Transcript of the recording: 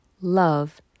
love